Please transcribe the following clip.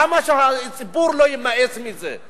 למה שהציבור לא יימאס לו מזה,